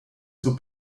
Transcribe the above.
zur